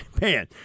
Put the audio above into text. Man